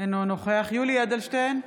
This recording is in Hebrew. אינו נוכח יולי יואל אדלשטיין,